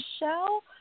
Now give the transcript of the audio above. Michelle